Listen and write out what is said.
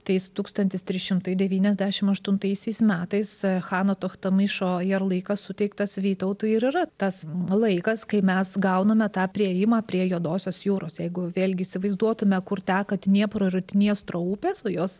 tais tūktantis trys šimtai devyniasdešimt aštuntaisiais metais chano toktomyšo jarlykas suteiktas vytautui ir yra tas laikas kai mes gauname tą priėjimą prie juodosios jūros jeigu vėlgi įsivaizduotume kur teka dniepro ir rutiniestro upės o jos